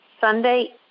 Sunday